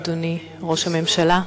אדוני ראש הממשלה,